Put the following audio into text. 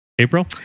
April